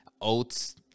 oats